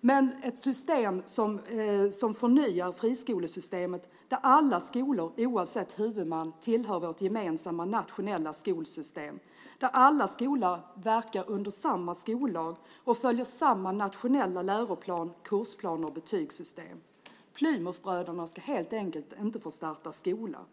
men ett system som förnyar friskolesystemet och där alla skolor oavsett huvudman tillhör vårt gemensamma nationella skolsystem, där alla skolor verkar under samma skollag och följer samma nationella läroplan, kursplan och betygssystem. Plymouthbröderna ska helt enkelt inte få starta skolor.